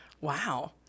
Wow